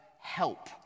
help